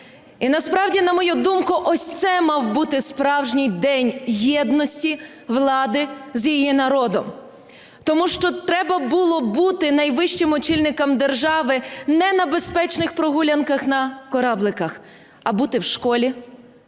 І насправді, на мою думку, ось це мав бути справжній день єдності влади з її народом, тому що треба було бути найвищим очільникам держави не на безпечних прогулянках на корабликах, а бути в школі,